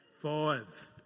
Five